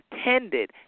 attended